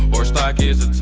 horse dock is